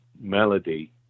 melody